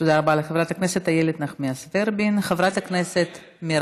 תודה רבה לחברת הכנסת איילת נחמיאס ורבין.